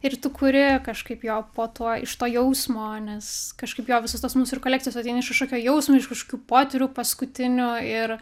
ir tu kuri kažkaip jo po to iš to jausmo nes kažkaip jo visos tos mūs ir kolekcijos ateina iš kažkokio jausmo kažkokių potyrių paskutinių ir